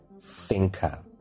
thinker